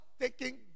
taking